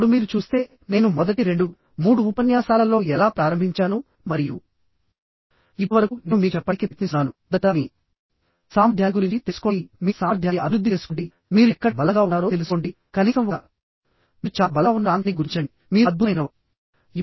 ఇప్పుడు మీరు చూస్తే నేను మొదటి 23 ఉపన్యాసాలలో ఎలా ప్రారంభించాను మరియు ఇప్పుడు వరకు నేను మీకు చెప్పడానికి ప్రయత్నిస్తున్నాను మొదట మీ సామర్థ్యాన్ని గురించి తెలుసుకోండి మీ సామర్థ్యాన్ని అభివృద్ధి చేసుకోండి మీరు ఎక్కడ బలంగా ఉన్నారో తెలుసుకోండి కనీసం ఒక మీరు చాలా బలంగా ఉన్న ప్రాంతాన్ని గుర్తించండి మీరు అద్భుతమైనవారు